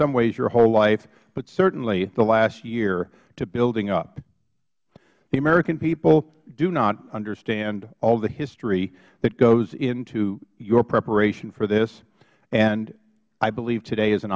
some ways your whole life but certainly the last year to building up the american people do not understand all the history that goes in to your preparation for this and i believe today is an